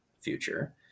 future